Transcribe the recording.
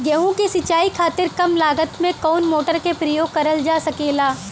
गेहूँ के सिचाई खातीर कम लागत मे कवन मोटर के प्रयोग करल जा सकेला?